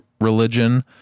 religion